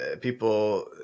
people